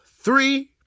three